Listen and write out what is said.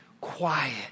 Quiet